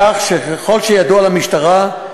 כך שככל שידוע למשטרה,